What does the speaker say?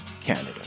Canada